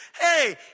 Hey